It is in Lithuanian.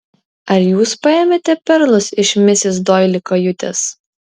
ar jūs paėmėte perlus iš misis doili kajutės